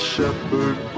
Shepherd